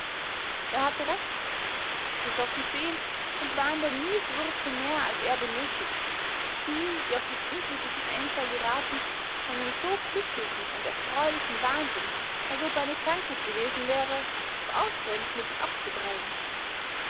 er hatte recht sie schossen fehl und waren der nießwurze mehr als er benöthigt sie die auf den unglücklichen einfall gerathen einen so glücklichen und erfreulichen wahnsinn als ob er eine krankheit gewesen wäre durch ausführungsmittel abzutreiben